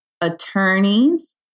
attorneys